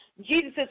Jesus